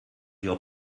your